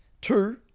two